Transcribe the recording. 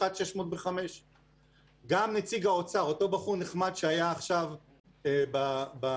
161605. גם נציג האוצר אותו בחור נחמד שהיה עכשיו בזום